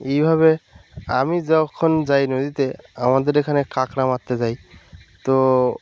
এইভাবে আমি যখন যাই নদীতে আমাদের এখানে কাঁকড়া মারতে যাই তো